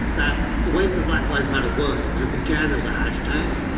that the way that black lives matter worked was it began as a hashtag.